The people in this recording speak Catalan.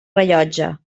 rellotge